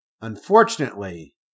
Unfortunately